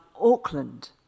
Auckland